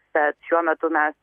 tad šiuo metu mes